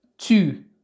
Two